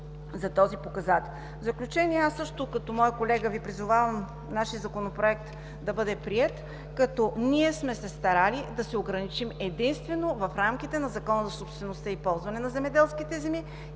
за този показател. В заключение, също като моя колега Ви призовавам нашият Законопроект да бъде приет, като сме се старали да се ограничим единствено в рамките на Закона за собствеността и ползването на земеделските земи.